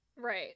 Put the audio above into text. Right